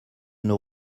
nous